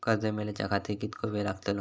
कर्ज मेलाच्या खातिर कीतको वेळ लागतलो?